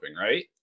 right